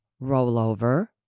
rollover